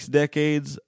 decades